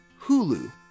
Hulu